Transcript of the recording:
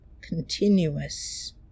continuous